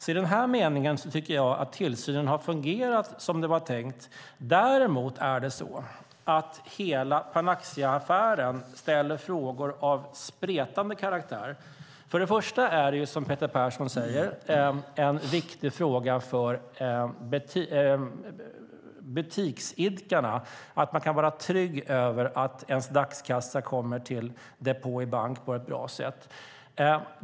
I den meningen tycker jag att tillsynen har fungerat som det var tänkt. Däremot ställer hela Panaxiaaffären frågor av spretande karaktär. Det är, som Peter Persson säger, en viktig fråga för butiksägarna att de kan känna sig trygga med att deras dagskassa kommer till depå i bank på ett bra sätt.